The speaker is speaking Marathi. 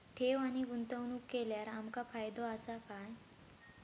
ठेव आणि गुंतवणूक केल्यार आमका फायदो काय आसा?